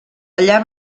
allà